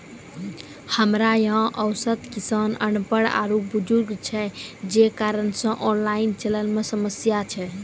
हमरा यहाँ औसत किसान अनपढ़ आरु बुजुर्ग छै जे कारण से ऑनलाइन चलन मे समस्या छै?